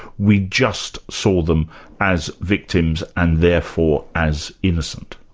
we just saw them as victims and therefore as innocent.